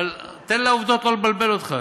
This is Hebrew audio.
אבל תן לעובדות לא לבלבל אותך.